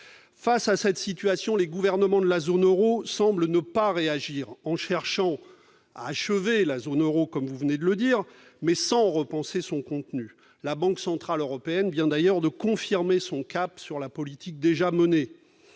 face à cette situation, les gouvernements de la zone Euro semble ne pas réagir en cherchant à achever la zone Euro, comme vous venez de le dire, mais sans repenser son contenu, la Banque centrale européenne vient d'ailleurs de confirmer son cap sur la politique déjà menées,